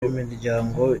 b’imiryango